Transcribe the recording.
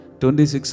26